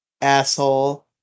asshole